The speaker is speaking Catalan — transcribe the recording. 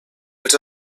els